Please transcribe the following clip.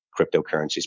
cryptocurrencies